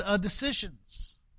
decisions